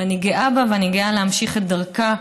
ואני גאה בה ואני גאה להמשיך את דרכה.